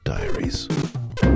Diaries